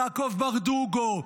יעקב ברדוגו,